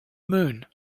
moon